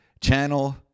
channel